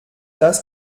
das